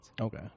Okay